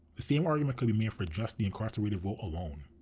the same argument could be made for just the incarcerated vote alone.